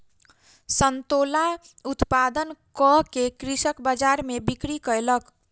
संतोला उत्पादन कअ के कृषक बजार में बिक्री कयलक